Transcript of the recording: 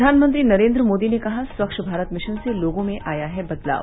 प्रधानमंत्री नरेन्द्र मोदी ने कहा स्वच्छ भारत मिशन से लोगों में आया है बदलाव